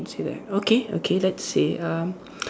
say that okay okay let's say uh